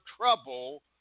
trouble